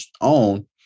own